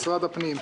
משרד הפנים.